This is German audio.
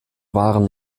waren